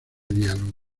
diálogo